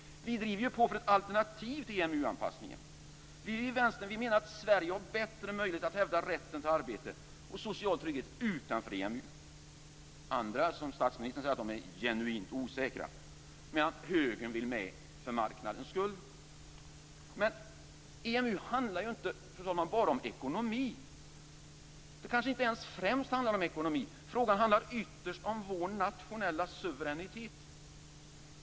Vi driver ju på för ett alternativ till EMU anpassningen. Vi i Vänstern menar att Sverige har bättre möjlighet att hävda rätten till arbete och social trygghet utanför EMU. Andra, som statsministern, säger att de är genuint osäkra medan högern vill gå med för marknadens skull. Men EMU handlar ju, fru talman, inte bara om ekonomi. Det kanske inte ens främst handlar om ekonomi. Frågan handlar ytterst om vår nationella suveränitet.